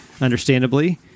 understandably